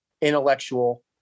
intellectual